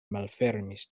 malfermis